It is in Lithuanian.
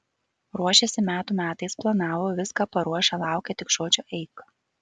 ruošėsi metų metais planavo viską paruošę laukė tik žodžio eik